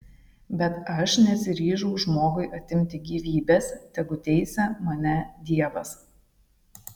bet aš nesiryžau žmogui atimti gyvybės tegu teisia mane dievas